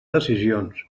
decisions